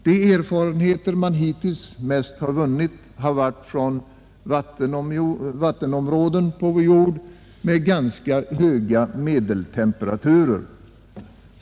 De erfarenheter vi hittills mest har vunnit kommer från vattenområden på vår jord med ganska höga medeltemperaturer.